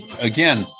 again